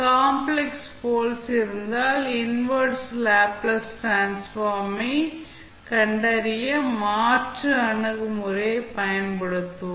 complex poles இருந்தால் inverse Laplace transform ஐ கண்டறிய மாற்று அணுகுமுறையைப் பயன்படுத்துவோம்